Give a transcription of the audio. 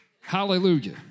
Hallelujah